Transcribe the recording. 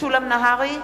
משולם נהרי,